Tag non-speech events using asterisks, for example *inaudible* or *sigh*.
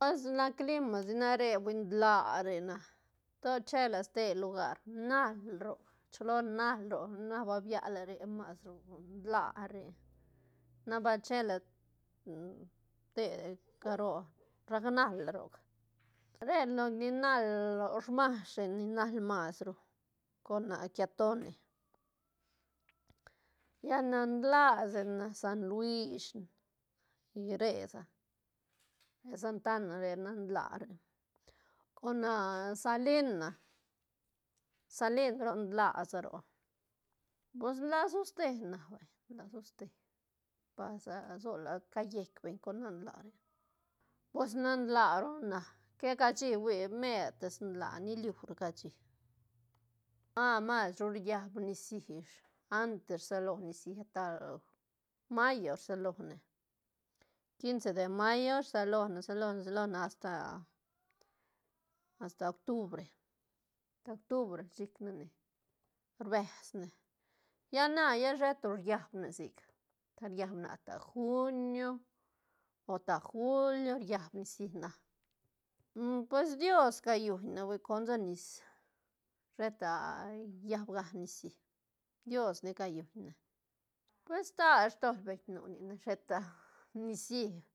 Pues sa nac clima sa nac re hui nlaa re na, to che la ste lugar nal roc rchi lola nal roc na ba biala re mas ru nlaa re na bal che la *hesitation* te *noise* caro rac nal roc re loc ni nal smashe ni nal masru con *hesitation* quiatoni *noise* lla nan laa sa na san luish iresa *noise* san tana re nan laa re con salina salin roc nlaa sa roc pues nlaa soste na vay nlaa soste pasa sola callech *noise* beñ con nan laa pos nan laa ru na que cashi hui mertis nlaa ñiliu ru cashi ah masru riab nicií ish antes rsalo nicií ata mayo rsa lone quince de mayo rsa lone- rsa lone- rsa lone *noise* asta- asta octubre ta octubre chic nene rbes ne lla na sheta ru riab ne sic ta riabne ata junio o ta julio riab nicií na pues dios ca guñne hui con da nis sheta llab ga nicií diosne calluñ ne pues stal stol beñ nu nine sheta *laughs* nicií